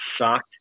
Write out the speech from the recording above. sucked